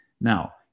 Now